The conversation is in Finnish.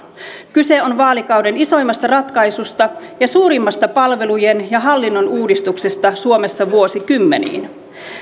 kyse on vaalikauden isoimmasta ratkaisusta ja suurimmasta palvelujen ja hallinnon uudistuksesta suomessa vuosikymmeniin